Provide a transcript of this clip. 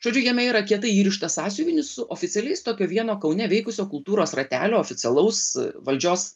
žodžiu jame yra kietai įrištas sąsiuvinis su oficialiais tokio vieno kaune veikusio kultūros ratelio oficialaus valdžios